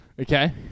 Okay